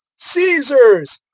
caesar's,